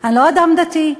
אני לא אדם דתי,